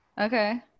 Okay